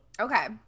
Okay